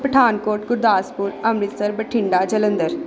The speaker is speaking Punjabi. ਪਠਾਨਕੋਟ ਗੁਰਦਾਸਪੁਰ ਅੰਮ੍ਰਿਤਸਰ ਬਠਿੰਡਾ ਜਲੰਧਰ